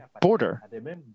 border